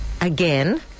Again